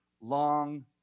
long